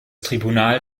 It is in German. tribunal